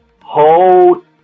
hold